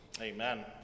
Amen